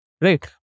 Right